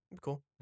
Cool